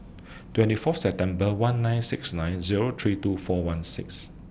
twenty Fourth September one nine six nine Zero three two four one six